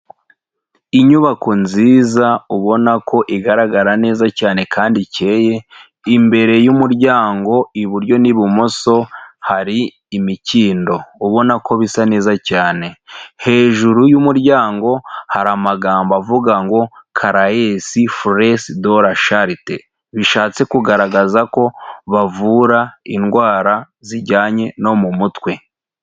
Inyubako nziza ubona ko igaragara neza cyane kandi ikeye, imbere y'umuryango iburyo n'ibumoso hari imikindo ubona ko bisa neza cyane, hejuru y'umuryango hari amagambo avuga ngo Caraes freress de la charite, bishatse kugaragaza ko bavura indwara zijyanye no mu mutwe.